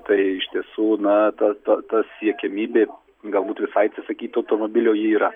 tai iš tiesų na ta ta ta siekiamybė galbūt visai atsisakyt automobilio ji yra